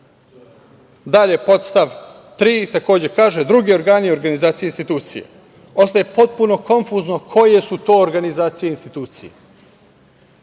procesu? Podstav 3. dalje kaže – drugi organi i organizacije i institucije. Ostaje potpuno konfuzno koje su to organizacije i institucije.